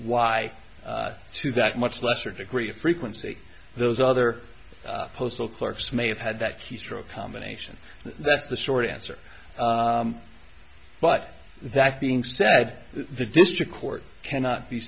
why to that much lesser degree of frequency those other postal clerks may have had that keystroke combination that's the short answer but that being said the district court cannot be